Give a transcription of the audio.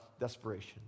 Desperation